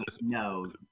no